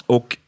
Och